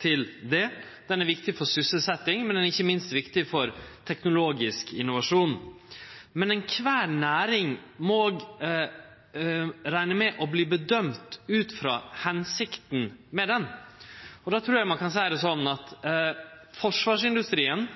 til dette. Forsvarsindustrien er viktig for sysselsetjing, men han er ikkje minst viktig for teknologisk innovasjon. Men all næring må òg rekne med å verte bedømt ut frå hensikta med henne, og då trur eg ein kan seie det slik at forsvarsindustrien,